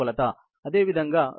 అదేవిధంగా రోబోట్ల పరిధి 1